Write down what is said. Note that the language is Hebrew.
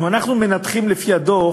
אם אנחנו מנתחים לפי הדוח,